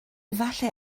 efallai